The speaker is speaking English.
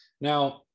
now